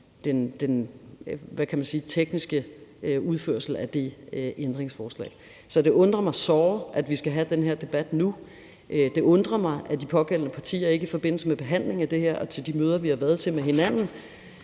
den tekniske udførelse af det ændringsforslag. Så det undrer mig såre, at vi skal have den her debat nu. Det undrer mig, at de pågældende partier ikke i forbindelse med behandlingen af det her og til de møder, vi har været til med hinanden,